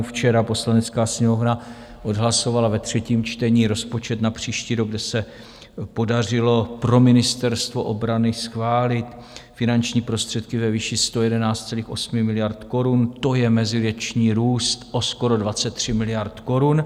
Včera Poslanecká sněmovna odhlasovala ve třetím čtení rozpočet na příští rok, kde se podařilo pro Ministerstvo obrany schválit finanční prostředky ve výši 111,8 miliard korun, to je meziroční růst o skoro 23 miliard korun.